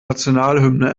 nationalhymne